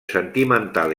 sentimental